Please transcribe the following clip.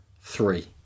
three